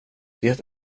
det